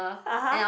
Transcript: (uh huh)